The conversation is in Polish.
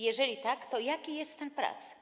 Jeżeli tak, to jaki jest stan prac?